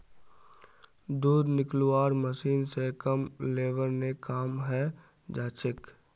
दूध निकलौव्वार मशीन स कम लेबर ने काम हैं जाछेक